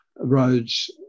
roads